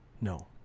No